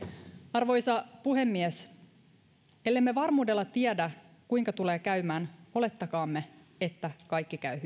arvoisa puhemies ellemme varmuudella tiedä kuinka tulee käymään olettakaamme että kaikki käy